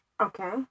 Okay